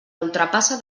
ultrapassa